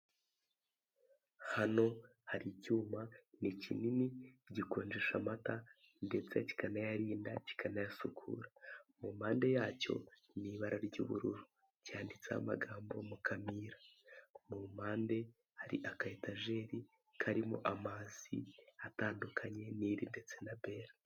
Hano hari icyuma, ni kinini, gikonjesha amata, ndetse kikanayarinda, kikanayasukura. Mu mpande yacyo, ni ibara ry'ubururu. Cyanditseho amagambo " Mukamira". Mu mpande hari aka etajeri karimo amazi atandukanye; Nili ndetse na Bele.